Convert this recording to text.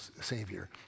savior